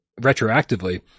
retroactively